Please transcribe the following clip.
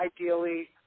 ideally